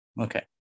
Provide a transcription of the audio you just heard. Okay